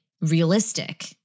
realistic